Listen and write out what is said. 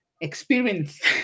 experience